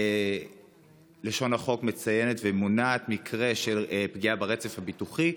לשון החוק מציינת ומונעת מקרה של פגיעה ברצף הביטוחי,